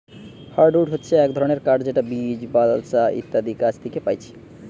hardwood হচ্ছে এক ধরণের কাঠ যেটা বীচ, বালসা ইত্যাদি গাছ থিকে পাচ্ছি